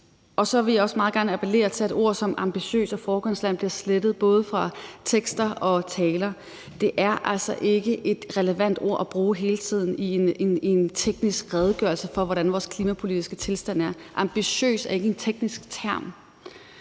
Så vil jeg også meget gerne appellere til, at ord som ambitiøs og foregangsland bliver slettet både fra tekster og taler. Det er altså ikke relevante ord at bruge hele tiden i en teknisk redegørelse for, hvordan vores klimapolitiske tilstand er. »Ambitiøs« er ikke en teknisk term.